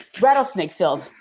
rattlesnake-filled